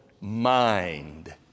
mind